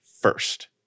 first